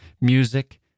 music